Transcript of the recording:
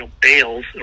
bales